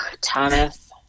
Thomas